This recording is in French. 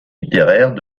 littéraires